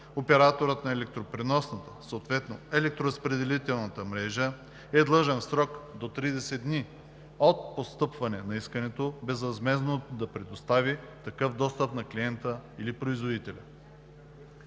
Операторът на електропреносната съответно на електроразпределителната мрежа, е длъжен в срок до 30 дни от постъпване на искането безвъзмездно да предостави такъв достъп на клиента или производителя.“